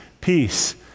peace